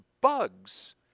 bugs